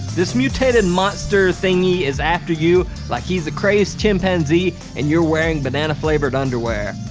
this mutated monster-thingy is after you like he's a crazed chimpanzee and you're wearing banana-flavored underwear.